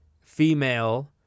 female